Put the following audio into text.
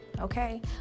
Okay